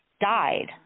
died